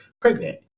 pregnant